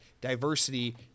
...diversity